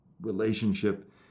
relationship